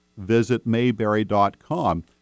visitmayberry.com